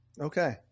Okay